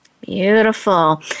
Beautiful